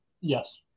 Yes